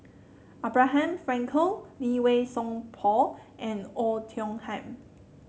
Abraham Frankel Lee Wei Song Paul and Oei Tiong Ham